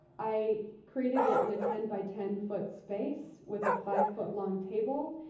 i created it in a ten by ten foot space, with a five foot long table,